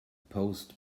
post